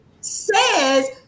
says